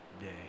day